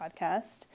podcast